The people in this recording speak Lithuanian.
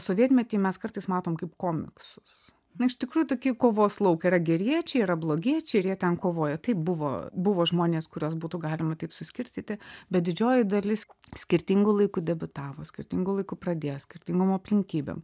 sovietmetį mes kartais matom kaip komiksus na iš tikrųjų tokie kovos lauk yra geriečiai yra blogiečiai ir jie ten kovoja taip buvo buvo žmonės kuriuos būtų galima taip suskirstyti bet didžioji dalis skirtingu laiku debiutavo skirtingu laiku pradėjo skirtingom aplinkybėm